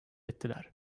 ettiler